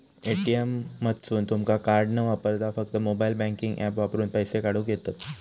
ATM मधसून तुमका card न वापरता फक्त मोबाईल बँकिंग ऍप वापरून पैसे काढूक येतंत